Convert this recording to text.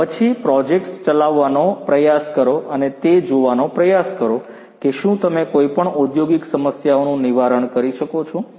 અને પછી પ્રોજેક્ટ્સ ચલાવવાનો પ્રયાસ કરો અને તે જોવાનો પ્રયાસ કરો કે શું તમે કોઈપણ ઔંદ્યોગિક સમસ્યાઓનું નિવારણ કરી શકો છો